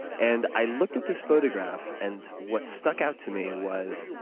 and i looked at this photograph and what stuck out to me was